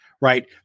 right